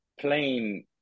plain